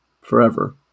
forever